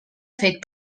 fet